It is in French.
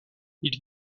ils